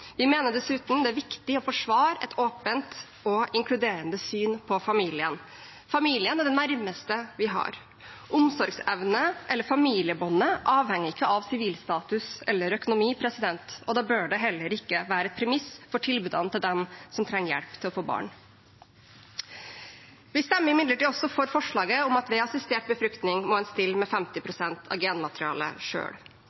Vi mener dessuten det er viktig å forsvare et åpent og inkluderende syn på familien. Familien er det nærmeste vi har. Omsorgsevne eller familiebåndet avhenger ikke av sivil status eller økonomi, og da bør det heller ikke være et premiss for tilbudene til dem som trenger hjelp til å få barn. Vi stemmer imidlertid også for forslaget om at ved assistert befruktning må en stille med 50